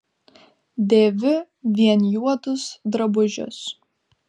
dėviu vien juodus drabužius